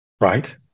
right